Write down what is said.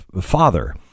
father